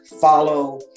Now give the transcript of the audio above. follow